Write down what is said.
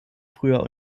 früher